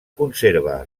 conserva